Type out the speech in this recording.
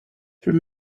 three